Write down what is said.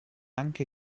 anche